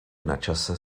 načase